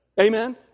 Amen